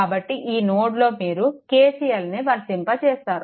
కాబట్టి ఈ నోడ్లో మీరు KCLను వర్తింపజేస్తారు